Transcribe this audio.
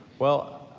well,